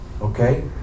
okay